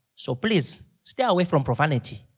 so please stay away from profanity.